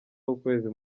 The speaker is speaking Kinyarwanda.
w’ukwezi